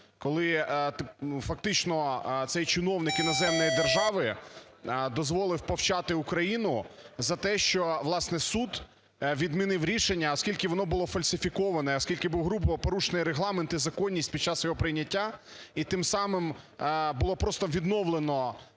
коли фактично цей чиновник іноземної держави дозволив повчати Україну за те, що, власне, суд відмінив рішення, оскільки воно було фальсифіковане, оскільки був грубо порушений Регламент і законність під час його прийняття, і тим самим було просто відновлено